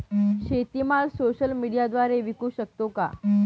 शेतीमाल सोशल मीडियाद्वारे विकू शकतो का?